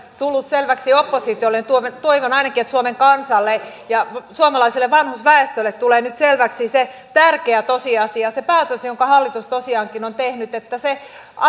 tullut selväksi oppositiolle niin toivon että ainakin suomen kansalle ja suomalaiselle vanhusväestölle tulee nyt selväksi se tärkeä tosiasia se päätös jonka hallitus tosiaankin on tehnyt että nähtiin että se